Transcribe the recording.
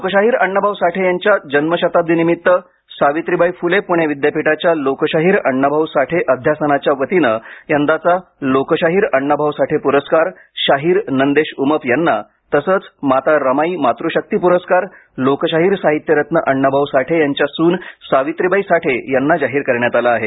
लोकशाहीर अण्णा भाऊ साठे यांच्या जन्मशताब्दीनिमित्त सावित्रीबाई फुले पुणे विद्यापीठाच्या लोकशाहीर अण्णा भाऊ साठे अध्यासनाच्या वतीने यंदाचा लोकशाहीर अण्णा भाऊ साठे पुरस्कार शाहीर नंदेश उमप यांना तसेच माता रमाई मात्रशक्ती पुरस्कार लोकशाहीर साहित्यरत्न अण्णा भाऊ साठे यांच्या सुन सावित्रीबाई साठे यांना जाहीर करण्यात आला आहे